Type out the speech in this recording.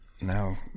now